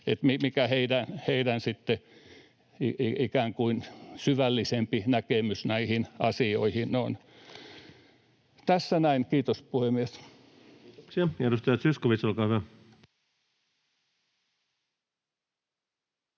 ikään kuin syvällisempi näkemys näihin asioihin on. Tässä näin. — Kiitos, puhemies. Kiitoksia. — Edustaja Zyskowicz, olkaa hyvä.